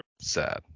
sad